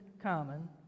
common